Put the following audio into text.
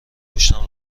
پشتم